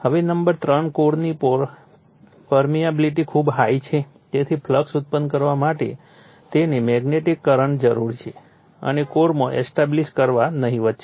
હવે નંબર 3 કોરની પરમેબિલિટી ખૂબ હાઇ છે તેથી ફ્લક્સ ઉત્પન્ન કરવા માટે તેને મેગ્નેટિક કરંટ જરૂરી છે અને કોરમાં એસ્ટાબ્લિશ કરવા નહિવત છે